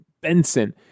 Benson